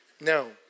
No